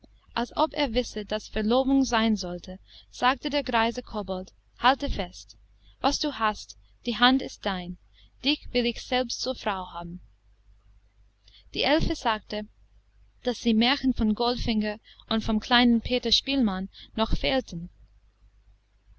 als ob er wisse daß verlobung sein sollte sagte der greise kobold halte fest was du hast die hand ist dein dich will ich selbst zur frau haben die elfe sagte daß die märchen vom goldfinger und vom kleinen peter spielmann noch fehlten